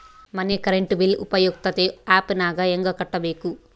ಮನೆ current bill ಉಪಯುಕ್ತತೆ app ನಾಗ ಹೆಂಗ ಕಟ್ಟಬೇಕು?